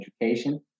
education